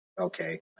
okay